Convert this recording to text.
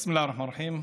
בסם אללה א-רחמאן א-רחים.